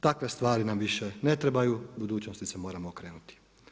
Takve stvari nam više ne trebaju, budućnosti se moramo okrenuti.